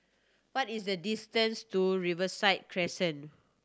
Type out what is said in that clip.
what is the distance to Riverside Crescent